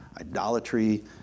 idolatry